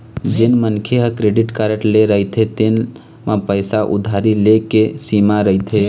जेन मनखे ह क्रेडिट कारड ले रहिथे तेन म पइसा उधारी ले के सीमा रहिथे